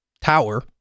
tower